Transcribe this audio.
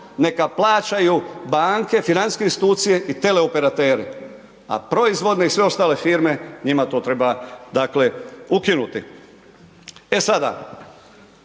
neka plaćaju banke, financijske institucije i teleoperateri, a proizvodne i sve ostale firme, njima to treba, dakle, ukinuti. E sada,